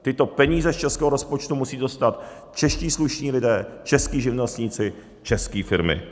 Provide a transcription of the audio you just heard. Tyto peníze z českého rozpočtu musí dostat čeští slušní lidé, čeští živnostníci, české firmy.